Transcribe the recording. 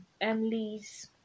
Emily's